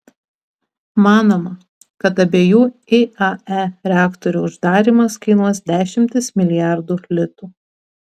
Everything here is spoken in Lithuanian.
manoma kad abiejų iae reaktorių uždarymas kainuos dešimtis milijardų litų